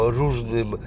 różnym